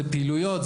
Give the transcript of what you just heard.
זה פעילויות,